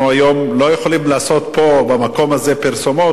אנחנו לא יכולים לעשות במקום הזה פרסומות,